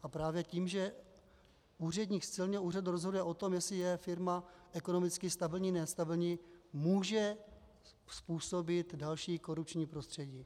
A právě tím, že úředník z celního úřadu rozhoduje o tom, jestli je firma ekonomicky stabilní, nebo nestabilní, může způsobit další korupční prostředí.